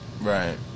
Right